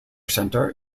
centre